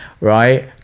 right